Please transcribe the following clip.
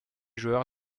joueur